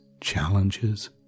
challenges